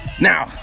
Now